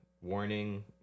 warning